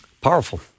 Powerful